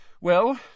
Well